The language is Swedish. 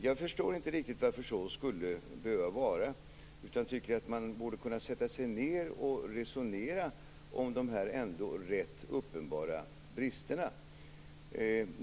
Jag förstår inte riktigt varför det skulle behöva vara så. Man borde kunna sätta sig ned och resonera om dessa ändå rätt uppenbara brister.